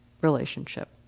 relationship